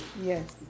Yes